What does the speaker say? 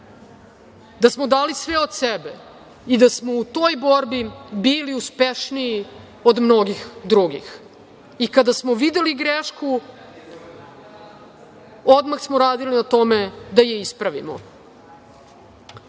da smo dali sve od sebe i da smo u toj borbi bili uspešniji od mnogih drugih i kada smo videli grešku, odmah smo radili na tome da je ispravimo. Bezgrešni